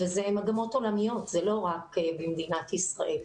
ואלה מגמות עולמיות ולא רק במדינת ישראל.